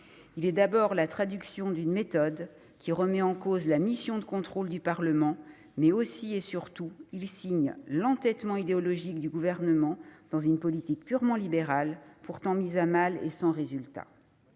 Il est la traduction d'une méthode qui remet en cause la mission de contrôle du Parlement, mais aussi, et surtout, il signe l'entêtement idéologique du Gouvernement dans une politique purement libérale, pourtant mise à mal et sans résultat.